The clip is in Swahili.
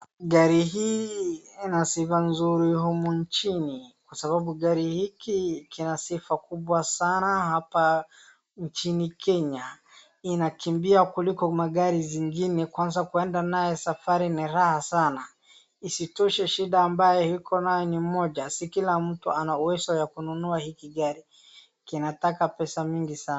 Gari hii ina sifa nzuri humu nchini, kwa sababu gari hiki kina sifa kubwa sana hapa nchini Kenya, inakimbia kuliko magari zingine kwanza kwenda naye safari ni raha sana. Isitoshe shida ambayo iko naye ni moja, si kila mtu ana uwezo wa kununua hiki gari, kinataka pesa mingi sana.